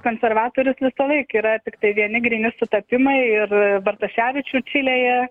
konservatorius visąlaik yra tiktai vieni gryni sutapimai ir bartaševičius čilėje